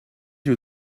you